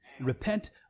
Repent